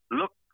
look